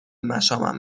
مشامم